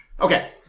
Okay